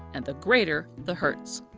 and the greater the hertz.